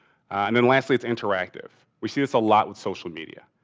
and then lastly it's interactive. we see this a lot with social media.